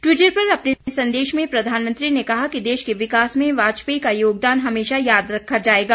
Twitter पर अपने संदेश में प्रधानमंत्री ने कहा कि देश के विकास में वाजपेयी का योगदान हमेशा याद रखा जाएगा